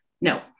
No